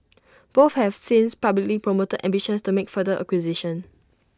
both have since publicly promoted ambitions to make further acquisitions